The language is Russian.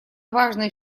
важный